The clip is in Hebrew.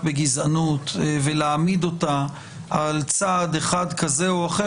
בגזענות ולהעמיד אותה על צעד אחד כזה או אחר,